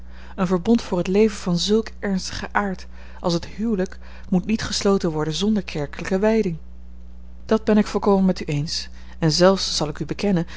een verbond voor het leven van zulken ernstigen aard als het huwelijk moet niet gesloten worden zonder kerkelijke wijding dat ben ik volkomen met u eens en zelfs zal ik u bekennen